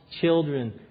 children